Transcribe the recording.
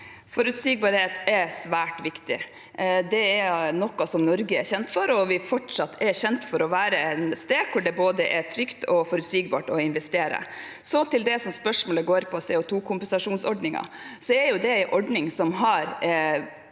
Forutsig- barhet er svært viktig. Det er noe som Norge er kjent for. Vi er fortsatt kjent for å være et sted hvor det både er trygt og forutsigbart å investere. Så til det spørsmålet går på: CO2-kompensasjonsordningen. Det er en ordning som